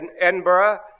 Edinburgh